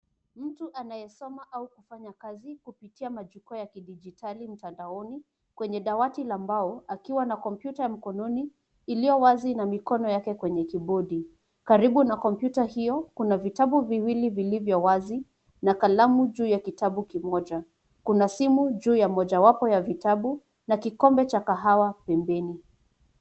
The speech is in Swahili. Mtu anayesoma au kufanya kazi kupitia majukwaa ya kidijitali mtandaoni, kwenye dawati la mbao, akiwa na kompyuta mkononi iliyo wazi na mikono yake kwenye kibodi . Karibu na kompyuta hiyo kuna vitabu viwili vilivyo wazi na kalamu juu ya kitabu kimoja. Kuna simu juu ya mojawapo ya vitabu na kikombe cha kahawa pembeni.